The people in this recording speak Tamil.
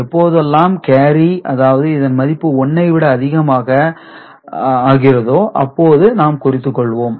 எப்போதெல்லாம் கேரி அதாவது இதன் மதிப்பு 1 ஐ விட அதிகமோ அப்போது நாம் குறித்துக் கொள்வோம்